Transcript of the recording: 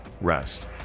rest